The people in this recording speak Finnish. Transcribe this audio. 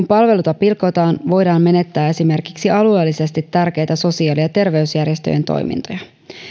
palveluita pilkotaan voidaan menettää esimerkiksi alueellisesti tärkeitä sosiaali ja terveysjärjestöjen toimintoja